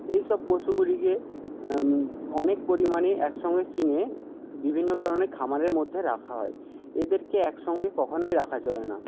এইসব পশুগুলিকে অনেক পরিমাণে একসঙ্গে কিনে বিভিন্ন ধরনের খামারের মধ্যে রাখা হয় এদেরকে একসঙ্গে কখনোই রাখা চলে না